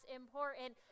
important